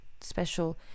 special